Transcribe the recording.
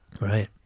right